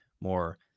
more